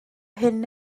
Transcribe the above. hyn